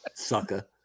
sucker